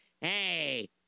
Hey